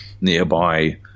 nearby